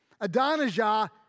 Adonijah